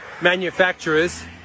manufacturers